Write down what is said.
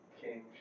king